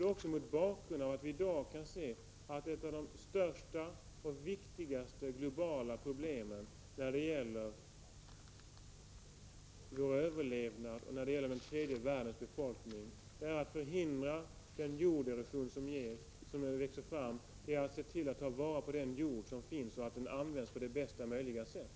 Det är också mot den bakgrunden som vii dag kan konstatera att ett av de största och viktigaste globala problemen när det gäller vår överlevnad och tredje världens befolkning är att förhindra den jorderosion som utbreder sig. Det gäller att ta vara på den jord som finns och att använda den på bästa möjliga sätt.